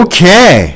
Okay